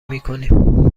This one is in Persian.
میکنیم